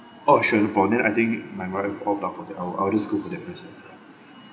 oh sure for that I think my wife opt out for that I'll I'll just go for that myself